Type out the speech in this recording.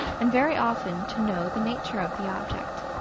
and very often to know the nature of the object.